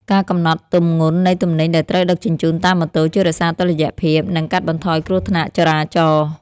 ការកំណត់ទម្ងន់នៃទំនិញដែលត្រូវដឹកជញ្ជូនតាមម៉ូតូជួយរក្សាតុល្យភាព និងកាត់បន្ថយគ្រោះថ្នាក់ចរាចរណ៍។